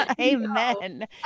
Amen